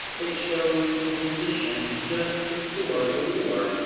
it shows the condition just before the war,